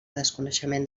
desconeixement